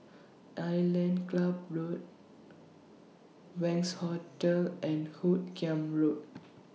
Island Club Road Wangz Hotel and Hoot Kiam Road